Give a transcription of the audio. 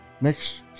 Next